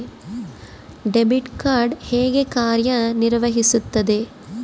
Debit card ಹೇಗೆ ಕಾರ್ಯನಿರ್ವಹಿಸುತ್ತದೆ?